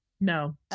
No